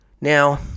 Now